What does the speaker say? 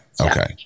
okay